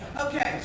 Okay